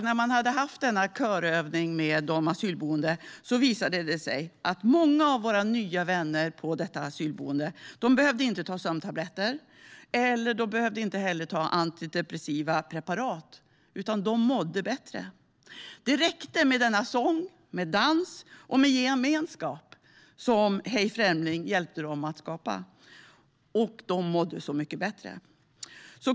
När man hade haft körövning ett tag med de asylsökande visade det sig att många av våra nya vänner på detta asylboende inte behövde ta sömntabletter eller antidepressiva preparat. De mådde bättre. Det räckte med den sång, dans och gemenskap som Hej främling! hjälpte dem att skapa, och de mådde så mycket bättre.